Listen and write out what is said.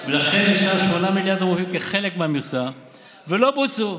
ולכן ישנם 8 מיליארד ש"ח המופיעים כחלק מהמכסה ולא בוצעו,